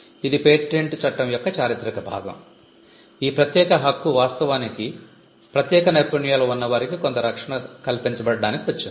ఇది పేటెంట్ చట్టం యొక్క చారిత్రక భాగం ఈ ప్రత్యేక హక్కు వాస్తవానికి ప్రత్యేక నైపుణ్యాలు ఉన్నవారికి కొంత రక్షణ కల్పించబడటానికి వచ్చింది